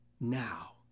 now